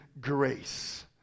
grace